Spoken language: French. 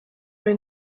ont